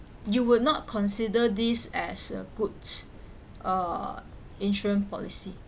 you would not consider this as a good uh insurance policy